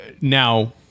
Now